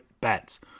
Bets